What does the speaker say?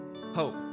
hope